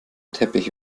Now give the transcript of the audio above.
teppich